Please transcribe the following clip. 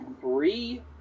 three